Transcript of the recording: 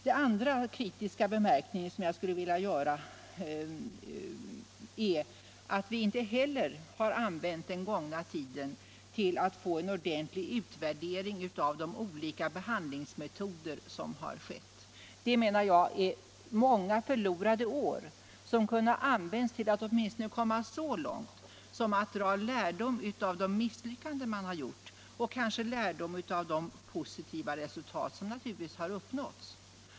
Den andra kritiska anmärkning jag skulle vilja göra är att vi inte heller har använt den gångna tiden till att göra en ordentlig utvärdering av de olika behandlingsmetoder som tillämpas. Det är många förlorade år, som kunde ha använts till att åtminstone komma så långt som att dra lärdom av de misslyckanden man har gjort, och kanske även av de positiva resultat som naturligtvis har uppnåtts.